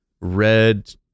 red